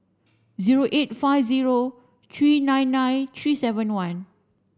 zero eight five zero three nine nine three seven one